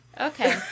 Okay